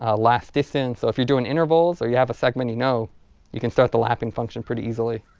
ah last distance so if you're doing intervals or you have a segment you know you can start the lapping function pretty easily.